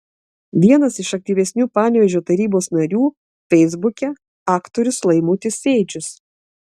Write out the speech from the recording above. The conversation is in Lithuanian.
vienas iš aktyvesnių panevėžio tarybos narių feisbuke aktorius laimutis sėdžius